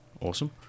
Awesome